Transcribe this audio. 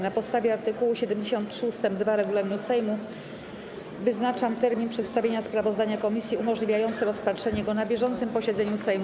Na podstawie art. 73 ust. 2 regulaminu Sejmu wyznaczam termin przedstawienia sprawozdania komisji umożliwiający rozpatrzenie go na bieżącym posiedzeniu Sejmu.